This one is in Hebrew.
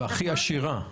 והכי עשירה גם.